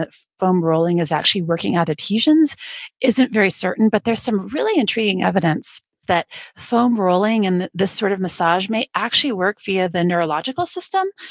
foam rolling is actually working out adhesions isn't very certain, but there's some really intriguing evidence that foam rolling and this sort of massage may actually work via the neurological system.